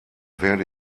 werde